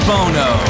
Bono